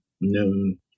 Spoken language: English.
noon